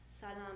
Salam